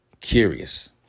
curious